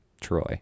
Troy